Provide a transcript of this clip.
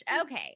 Okay